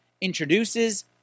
Introduces